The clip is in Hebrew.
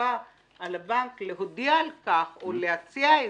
תאגיד בנקאי רשאי ל --- הלוואה שניתנה טרם